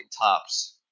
tops